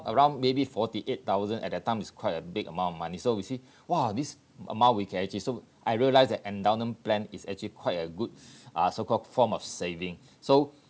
around maybe forty eight thousand at that time is quite a big amount of money so we see !wah! this amount we can actually so I realise that endowment plan is actually quite a good uh so called form of saving so